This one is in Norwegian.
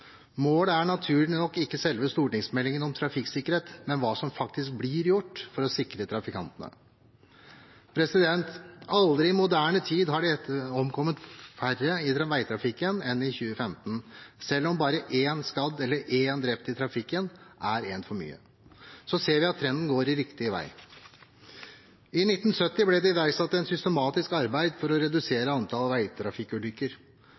Målet er naturlig nok ikke selve stortingsmeldingen om trafikksikkerhet, men hva som faktisk blir gjort for å sikre trafikantene. Aldri i moderne tid har det omkommet færre i veitrafikken enn i 2015, selv om bare én skadd eller én drept i trafikken er én for mye. Vi ser at trenden går riktig vei. I 1970 ble det iverksatt et arbeid for å